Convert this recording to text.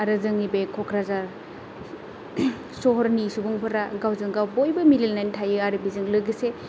आरो जोंनि बे क'क्राझार सहरनि सुबुंफोरा गावजोंगाव बयबो मिलायनानै थायो आरो बेजों लोगोसे